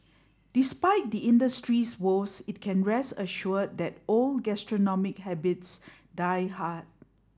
despite the industry's woes it can rest assured that old gastronomic habits die hard